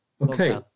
Okay